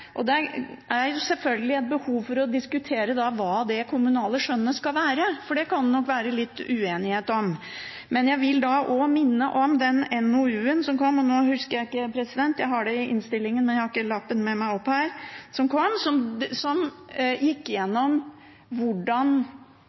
Det er selvfølgelig et behov for å diskutere hva det kommunale skjønnet skal være, for det kan det nok være litt uenighet om. Men jeg vil minne om den NOU-en som det står om i innstillingen, gikk gjennom hvordan disse klagene blir behandlet hos Fylkesmannen. Flertallet i utvalget påpeker at det man gjør, er å gå langt i å kalle det som